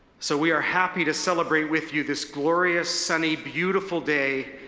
so we are happy to celebrate with you this glorious, sunny, beautiful day,